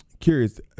Curious